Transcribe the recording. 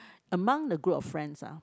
among the group of friends ah